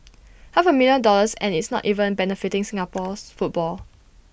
half A million dollars and it's not even benefiting Singapore's football